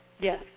Yes